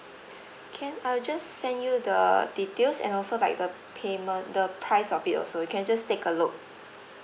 can I just send you the details and also like the payment the price of it also you can just take a look